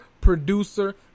producer